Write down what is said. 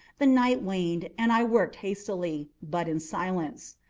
the night waned, and i worked hastily, but in silence.